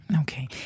Okay